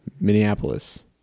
minneapolis